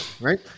right